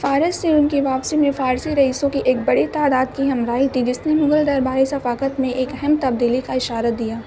فارس سے ان کی واپسی میں فارسی رئیسوں کی ایک بڑی تعداد کی ہمراہی تھی جس نے مغل درباری ثقافت میں ایک اہم تبدیلی کا اشارہ دیا